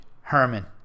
Herman